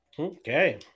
Okay